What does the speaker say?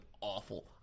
awful